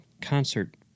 concert